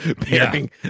pairing